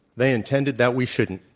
they intended that we shouldn't.